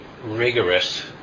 rigorous